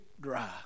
dry